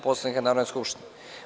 Poslovnika Narodne skupštine.